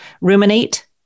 ruminate